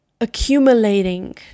accumulating